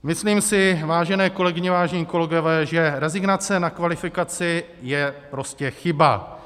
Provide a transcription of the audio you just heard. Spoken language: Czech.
Myslím si, vážené kolegyně, vážení kolegové, že rezignace na kvalifikaci je prostě chyba.